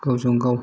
गावजों गाव